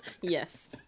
Yes